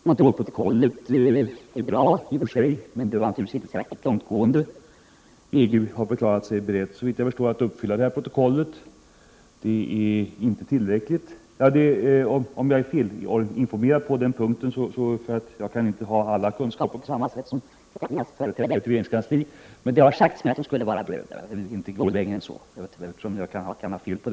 Montreal-protokollet är i och för sig bra, men det var inte särskilt långtgående. Det har sagts mig att EG skulle vara berett att uppfylla det protokollet — men självfallet kan jag vara felorienterad på den punkten. Men även om EG är berett att uppfylla det protokollet tycker jag inte att detta är tillräckligt.